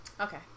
Okay